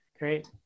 Great